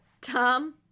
Tom